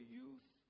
youth